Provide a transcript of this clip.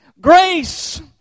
Grace